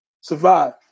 Survive